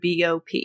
BOP